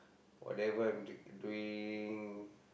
whatever I'm doing